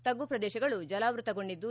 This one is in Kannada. ತಗ್ಗು ಪ್ರದೇಶಗಳು ಜಲಾವೃತಗೊಂಡಿದ್ದು